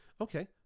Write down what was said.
okay